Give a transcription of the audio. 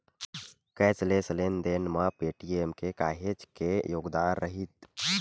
cashless लेन देन म पेटीएम के काहेच के योगदान रईथ